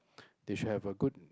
they should have a good